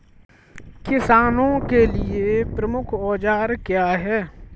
किसानों के लिए प्रमुख औजार क्या हैं?